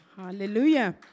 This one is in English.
Hallelujah